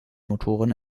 motoren